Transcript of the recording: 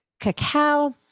cacao